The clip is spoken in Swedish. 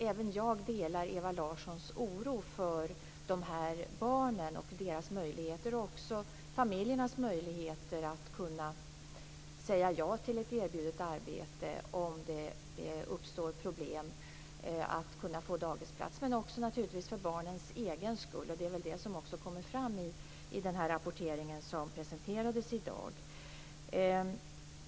Även jag delar Ewa Larssons oro för de här barnen och deras föräldrars möjligheter att kunna säga ja till ett erbjudet arbete om det uppstår problem med att få dagisplats. Jag är också orolig för barnens egen skull. Detta tas ju också upp i den rapport som presenterades i dag.